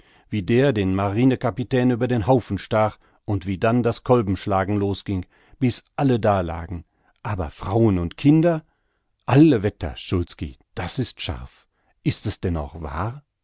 wie der den marinekaptän über den haufen stach und wie dann das kolbenschlagen losging bis alle dalagen aber frauen und kinder alle wetter szulski das ist scharf is es denn auch wahr